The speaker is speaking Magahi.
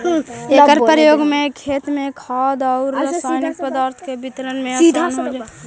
एकर प्रयोग से खेत में खाद औउर रसायनिक पदार्थ के वितरण में आसान हो जा हई